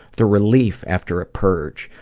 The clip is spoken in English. the relief after a purge,